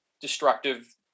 destructive